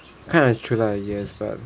kinda true ah yes but